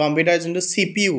computer যোনটো C P U